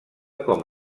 com